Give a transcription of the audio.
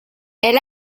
elle